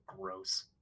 gross